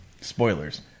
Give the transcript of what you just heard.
Spoilers